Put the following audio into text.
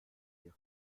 wir